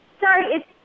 Sorry